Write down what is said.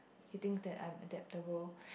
he thinks that I'm adaptable